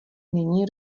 není